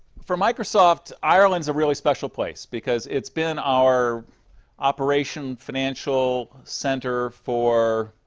for microsoft, ireland's a really special place because it's been our operation financial center for